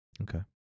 okay